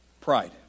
Pride